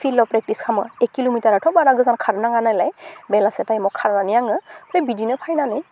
फिल्डआव प्रेकटिस खालामो एक किल'मिटाराथ' बारा गोजान खारनाङा नालाय बेलासे टाइमाव खारनानै आङो फै बिदिनो फैनानै